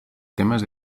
temas